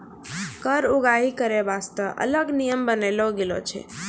कर उगाही करै बासतें अलग नियम बनालो गेलौ छै